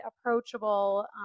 approachable